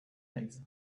legs